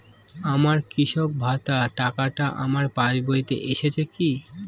আমার কৃষক ভাতার টাকাটা আমার পাসবইতে এসেছে কি?